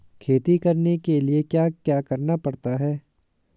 खेती करने के लिए क्या क्या करना पड़ता है?